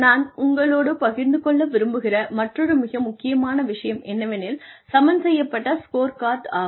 நான் உங்களோடு பகிர்ந்து கொள்ள விரும்புகிற மற்றொரு மிக முக்கியமான விஷயம் என்னவெனில் சமன்செய்யப்பட்ட ஸ்கோர்கார்டு ஆகும்